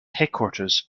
headquarters